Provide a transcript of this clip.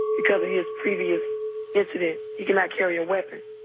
because of his previous incident. he cannot carry a weapon.